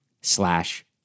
slash